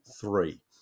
three